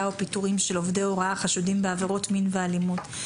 או פיטורין של עובדי הוראה החשודים בעבירות מין ואלימות.